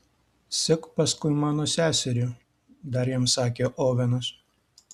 sek paskui mano seserį dar jam sakė ovenas